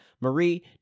Marie